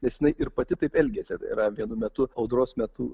nes jinai ir pati taip elgiasi yra vienu metu audros metu